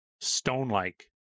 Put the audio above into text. stone-like